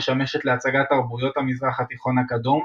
המשמשת להצגת תרבויות המזרח התיכון הקדום.